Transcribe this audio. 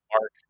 Mark